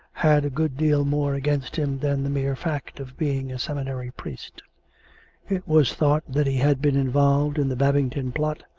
had a good deal more against him than the mere fact of being a seminary priest it was thought that he had been involved in the babington plot,